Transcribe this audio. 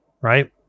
right